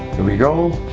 and we go